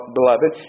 beloved